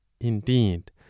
indeed